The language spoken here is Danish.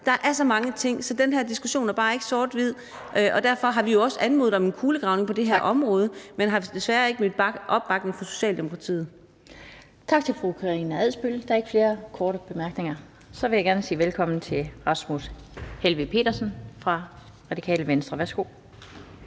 der er så mange ting, så den her diskussion er ikke bare sort-hvid, og derfor har vi også anmodet om en kulegravning af det her område, men vi har desværre ikke mødt opbakning fra Socialdemokratiet. Kl. 18:16 Den fg. formand (Annette Lind): Tak til fru Karina Adsbøl. Der er ikke flere korte bemærkninger. Så vil jeg gerne sige velkommen til Rasmus Helveg Petersen fra Radikale Venstre. Værsgo.